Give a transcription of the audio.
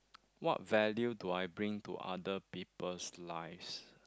what value do I bring to other people's lives